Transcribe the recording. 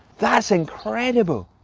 that's incredible,